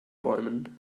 bäumen